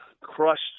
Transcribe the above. crushed